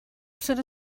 són